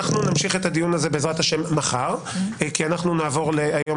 אנחנו נמשיך את הדיון הזה בעזרת ה' מחר כי אנחנו נעבור היום